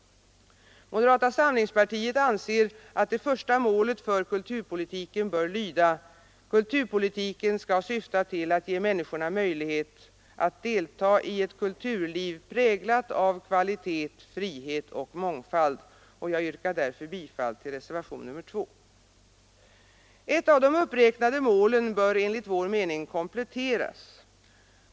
Moderata samlingspartiet anser att det första målet för kulturpolitiken bör lyda: ”Kulturpolitiken skall syfta till att ge människorna möjlighet att delta i ett kulturliv präglat av kvalitet, frihet och mångfald.” Jag yrkar därför bifall till reservationen 2. Ett av de uppräknade målen bör enligt vår mening kompletteras.